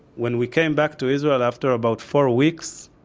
when we came back to israel after about four weeks,